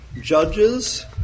Judges